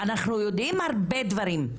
אנחנו יודעים הרבה דברים.